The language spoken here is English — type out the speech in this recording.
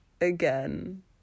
again